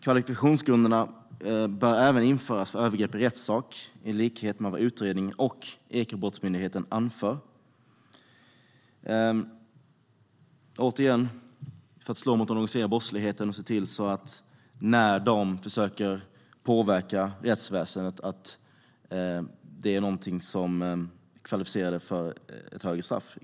Kvalifikationsgrunderna bör även införas för övergrepp i rättssak i likhet med vad utredningen och Ekobrottsmyndigheten anför. Det handlar återigen om att slå mot den organiserade brottsligheten. Försök att påverka rättsväsendet ska ge högre straff.